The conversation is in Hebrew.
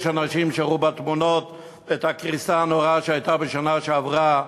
יש אנשים שראו בתמונות את הקריסה הנוראה שהייתה בשנה שעברה,